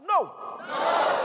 No